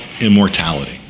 immortality